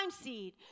seed